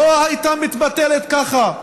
היא לא הייתה מתבטלת ככה,